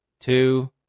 two